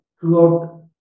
throughout